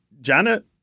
Janet